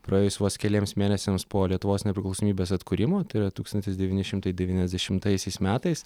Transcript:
praėjus vos keliems mėnesiams po lietuvos nepriklausomybės atkūrimo tai yra tūkstantis devyni šimtai devyniasdešimtaisiais metais